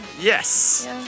Yes